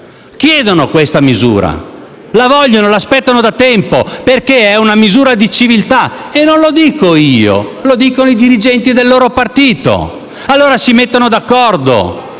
chiedono questa misura; la vogliono e la aspettano da tempo perché è una misura di civiltà. Non lo dico io ma i dirigenti del loro partito; allora si mettano d'accordo,